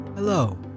Hello